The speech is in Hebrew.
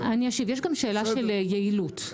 יש גם שאלה של יעילות.